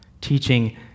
teaching